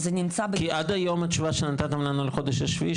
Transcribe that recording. כי עד היום התשובה שנתתם לנו לחודש השביעי,